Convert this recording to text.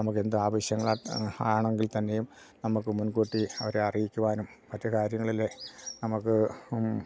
നമുക്കെന്ത് ആവശ്യങ്ങളാണെങ്കിൽ തന്നെയും നമുക്ക് മുൻകൂട്ടി അവരെ അറിയിക്കുവാനും മറ്റു കാര്യങ്ങളിലെ നമുക്ക്